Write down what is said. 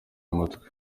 umutwe